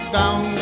down